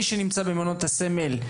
מי שנמצא במעונות הסמל,